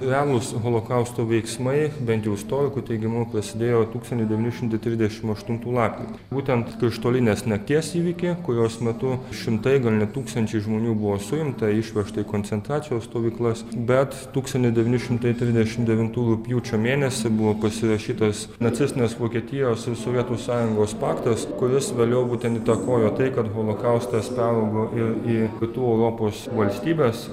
realūs holokausto veiksmai bent jau istorikų teigimu prasidėjo tūkstantis devyni šimtai trisdešimt aštuntų lapkritį būtent krištolinės nakties įvykiai kurios metu šimtai gal net tūkstančiai žmonių buvo suimta išvežta į koncentracijos stovyklas bet tūkstantis devyni šimtai trisdešimt devintų rugpjūčio mėnesį buvo pasirašytas nacistinės vokietijos ir sovietų sąjungos paktas kuris vėliau būtent įtakojo tai kad holokaustas peraugo ir į kitų europos valstybes